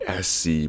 SC